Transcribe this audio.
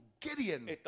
Gideon